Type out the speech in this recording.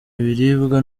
ibiribwa